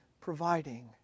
providing